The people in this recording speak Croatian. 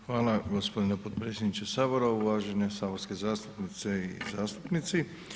Hvala vam g. potpredsjedniče Sabora, uvažene saborske zastupnice i zastupnici.